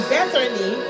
Bethany